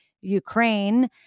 Ukraine